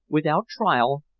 without trial,